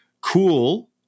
cool